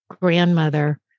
grandmother